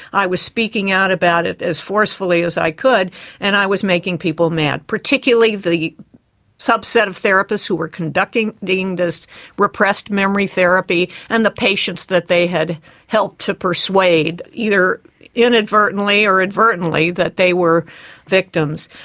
i was speaking out about it as forcefully as i could and i was making people mad, particularly the subset of therapists who were conducting, deemed as repressed memory therapy, and the patients that they had helped to persuade, either inadvertently or advertently, that they were victims.